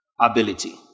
Ability